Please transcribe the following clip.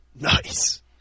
Nice